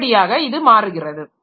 இப்படியாக இது மாறுகிறது